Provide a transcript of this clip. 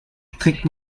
trägt